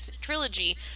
trilogy